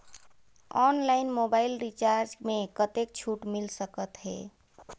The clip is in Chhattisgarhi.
ऑनलाइन मोबाइल रिचार्ज मे कतेक छूट मिल सकत हे?